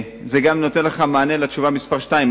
זה גם נותן לך מענה על שאלה מס' 2,